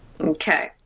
Okay